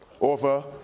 over